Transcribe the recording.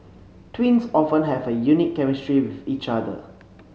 twins often have a unique chemistry with each other